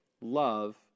love